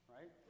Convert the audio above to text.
Right